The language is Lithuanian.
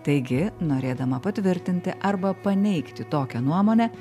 taigi norėdama patvirtinti arba paneigti tokią nuomonę